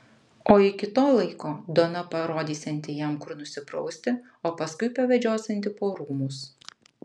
o iki to laiko dona parodysianti jam kur nusiprausti o paskui pavedžiosianti po rūmus